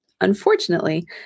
Unfortunately